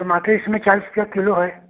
टमाटर इस समय चालीस रुपया किलो है